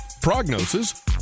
prognosis